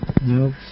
Nope